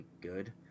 good